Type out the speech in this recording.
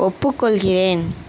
ஒப்புக்கொள்கிறேன்